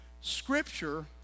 Scripture